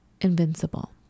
invincible